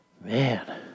man